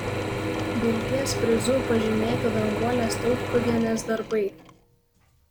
vilties prizu pažymėti danguolės tautkuvienės darbai